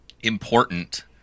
important